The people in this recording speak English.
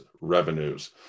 revenues